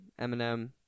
Eminem